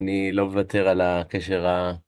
אני לא מוותר על הקשר ה...